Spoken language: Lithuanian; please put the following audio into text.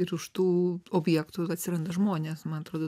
ir už tų objektų atsiranda žmonės man atrodo